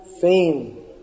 Fame